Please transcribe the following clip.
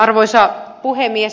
arvoisa puhemies